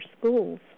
schools